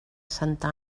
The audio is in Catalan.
santa